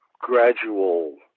gradual